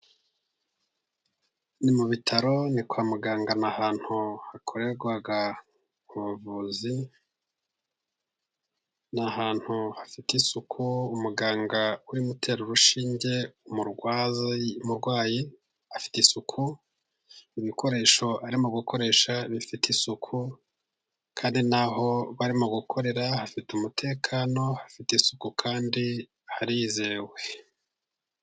Ni mu bitaro, ni kwa muganga, ni ahantu hakorerwa ubuvuzi, ni ahantu hafite isuku, umuganga uri gutera urushinge umurwayi afite isuku, ibikoresho arimo gukoresha bifite isuku, kandi n'aho barimo gukorera hafite umutekano, hafite isuku kandi harizewe.